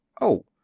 Oh